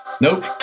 Nope